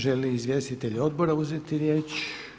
Žele li izvjestitelji odbora uzeti riječ?